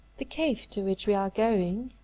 the cave to which we are going,